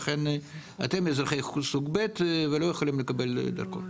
לכן, אתם אזרחי סוג ב' ולא יכולים לקבל דרכון.